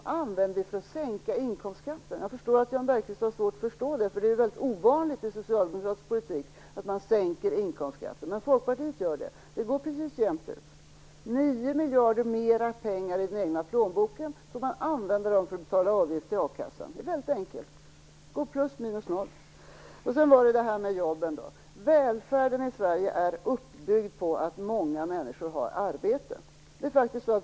De använder vi till att sänka inkomstskatten. Jag förstår att Jan Bergqvist har svårt att förstå detta, för det är ju väldigt ovanligt i socialdemokratisk politik att sänka inkomstskatten. Men Folkpartiet gör det. Det går precis jämnt ut. 9 miljarder kronor mer i den egna plånboken som man använder för att betala avgift till a-kassan. Det är väldigt enkelt - det blir plus minus noll. Välfärden i Sverige är uppbyggd på att många människor har arbete.